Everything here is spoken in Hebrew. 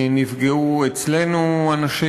נפגעו אצלנו אנשים.